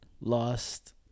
lost